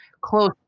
close